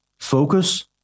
focus